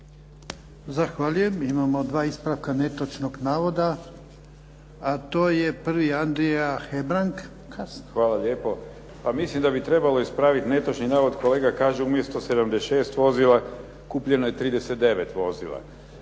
Zahvaljujem. Imamo dva ispravka netočnog navoda. A to je prvi Andrija Hebrang. **Hebrang, Andrija (HDZ)** Pa mislim da bi trebalo ispraviti netočni navod, kolega kaže umjesto 76 vozila kupljeno je 39 vozila.